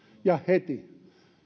ja heti